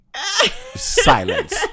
silence